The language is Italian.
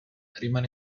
rimane